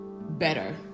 better